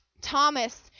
Thomas